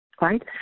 right